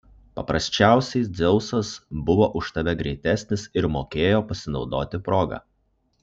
paprasčiausiai dzeusas buvo už tave greitesnis ir mokėjo pasinaudoti proga